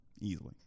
Easily